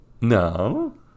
No